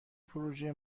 پروزه